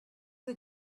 the